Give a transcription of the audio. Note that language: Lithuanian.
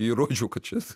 įrodžiau kad šis